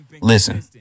Listen